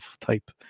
type